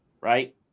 right